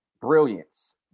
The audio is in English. brilliance